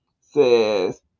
says